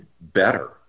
better